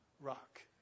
rock